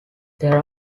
there